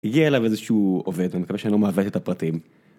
הגיע אליו איזה שהוא עובד, אני מקווה שאני לא מעוות את הפרטים.